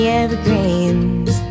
evergreens